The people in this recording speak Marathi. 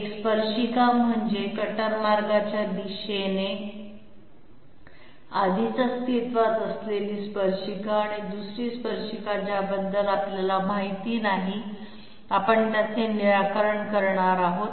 एक स्पर्शिका म्हणजे कटर मार्गाच्या दिशेने आधीच अस्तित्वात असलेली स्पर्शिका आणि दुसरी स्पर्शिका ज्याबद्दल आपल्याला माहिती नाही आपण त्याचे निराकरण करणार आहोत